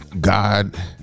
God